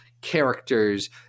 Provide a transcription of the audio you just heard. characters